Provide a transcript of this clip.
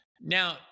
Now